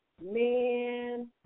man